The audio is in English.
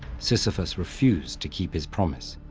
sisyphus refused to keep his promise,